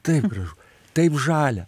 taip gražu taip žalia